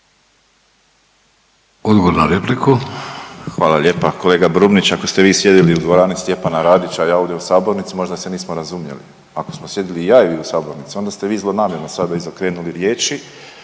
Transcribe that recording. Josip (HDZ)** Hvala lijepa. Kolega Brumnić ako ste vi sjedili u dvorani Stjepana Radića, a ja ovdje u sabornici možda se nismo razumjeli. Ako smo sjedili i vi i ja u sabornici onda ste vi zlonamjerno sad izokrenuli riječi